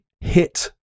hit